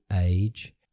age